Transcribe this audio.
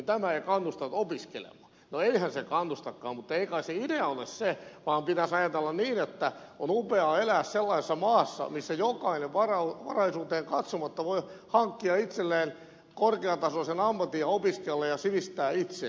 no eihän se kannustakaan mutta ei kai sen idea ole se vaan pitäisi ajatella niin että on upeaa elää sellaisessa maassa missä jokainen varallisuuteen katsomatta voi hankkia itselleen korkeatasoisen ammatin opiskella ja sivistää itseään